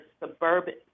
suburban